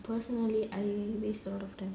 personally I waste a lot of time